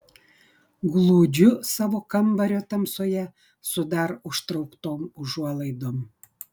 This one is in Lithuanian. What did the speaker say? glūdžiu savo kambario tamsoje su dar užtrauktom užuolaidom